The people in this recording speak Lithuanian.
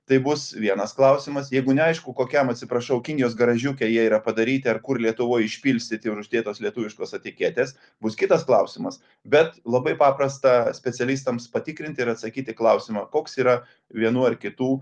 tai bus vienas klausimas jeigu neaišku kokiam atsiprašau kinijos garažiuke jie yra padaryti ar kur lietuvoj išpilstyti ir uždėtos lietuviškos etiketės bus kitas klausimas bet labai paprasta specialistams patikrinti ir atsakyti klausimą koks yra vienų ar kitų